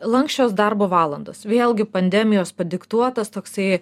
lanksčios darbo valandos vėlgi pandemijos padiktuotas toksai